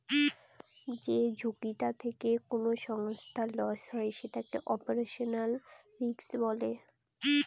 যে ঝুঁকিটা থেকে কোনো সংস্থার লস হয় সেটাকে অপারেশনাল রিস্ক বলে